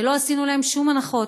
שלא עשינו להן שום הנחות,